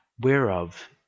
whereof